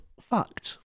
fact